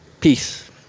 peace